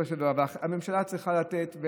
הממשלה צריכה לתת,